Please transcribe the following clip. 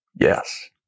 Yes